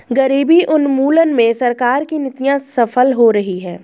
गरीबी उन्मूलन में सरकार की नीतियां सफल हो रही हैं